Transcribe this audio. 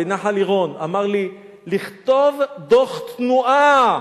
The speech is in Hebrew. בנחל-עירון, אמר לי: לכתוב דוח תנועה,